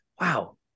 Wow